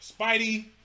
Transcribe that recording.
Spidey